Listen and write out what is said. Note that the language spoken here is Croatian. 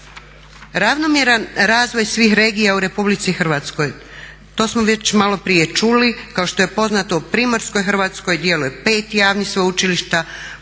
Ravnomjeran razvoj svih regija u RH, to smo već maloprije čuli. Kao što je poznato u primorskoj Hrvatskoj djeluje 5 javnih sveučilišta